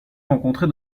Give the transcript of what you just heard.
rencontrés